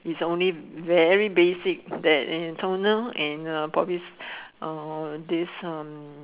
it's only very basic that it toner and uh probably this uh this um